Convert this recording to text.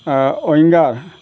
winger